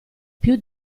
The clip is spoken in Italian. più